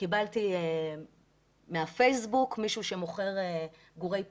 קיבלתי מהפייסבוק מישהו שמוכר גורי פיטבול,